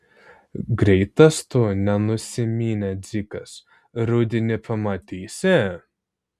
greitas tu nenusiminė dzikas rudenį pamatysi